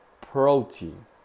protein